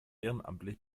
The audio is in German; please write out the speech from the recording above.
ehrenamtlich